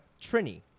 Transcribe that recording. Trini